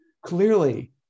Clearly